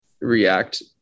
react